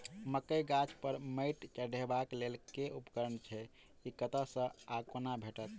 मकई गाछ पर मैंट चढ़ेबाक लेल केँ उपकरण छै? ई कतह सऽ आ कोना भेटत?